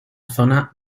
zona